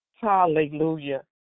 Hallelujah